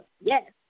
yes